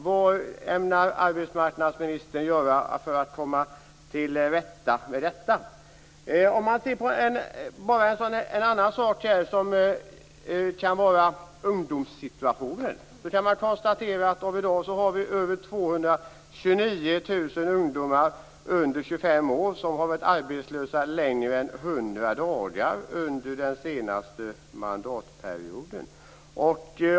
Vad ämnar arbetsmarknadsministern göra för att komma till rätta med detta? En annan sak är ungdomssituationen. Över 229 000 ungdomar under 25 år har varit arbetslösa längre än 100 dagar under den senaste mandatperioden.